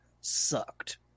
sucked